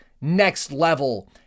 next-level